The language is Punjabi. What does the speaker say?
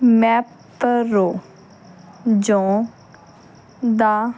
ਮੈਪਰੋ ਜੌਂ ਦਾ